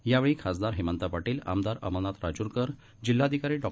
यावेळी खासदार हेंमत पाटील आमदार अमरनाथ राजूरकर जिल्हाधिकारी डॉ